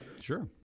Sure